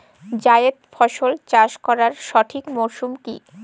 জায়েদ ফসল চাষ করার সঠিক মরশুম কি?